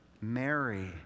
Mary